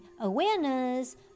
awareness